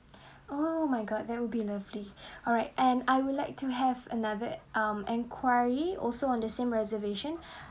oh my god that would be lovely alright and I would like to have another um enquiry also on the same reservation